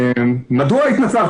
מדוע התנצרת?